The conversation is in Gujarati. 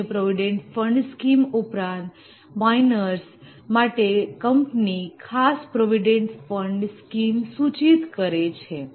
સામાન્ય પ્રોવીડેંટ ફંડ સ્કીમ ઉપરાંત માઇનર્સ માટે કંપની ખાસ પ્રોવીડેંટ ફંડ સ્કીમ સૂચિત કરે છે